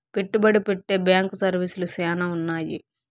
పెట్టుబడి పెట్టే బ్యాంకు సర్వీసులు శ్యానా ఉన్నాయి